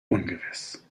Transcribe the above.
ungewiss